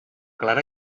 clara